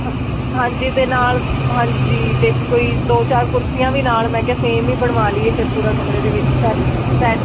ਹ ਹਾਂਜੀ ਅਤੇ ਨਾਲ ਹਾਂਜੀ ਅਤੇ ਕੋਈ ਦੋ ਚਾਰ ਕੁਰਸੀਆਂ ਵੀ ਨਾਲ ਮੈਂ ਕਿਹਾ ਸੇਮ ਹੀ ਬਣਵਾ ਲਈਏ ਫਿਰ ਪੂਰਾ ਕਮਰੇ ਦੇ ਵਿੱਚ ਸੈਟ ਬੈਡ